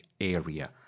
area